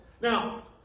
Now